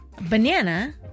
Banana